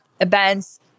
events